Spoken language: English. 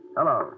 Hello